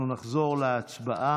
אנחנו נחזור להצבעה.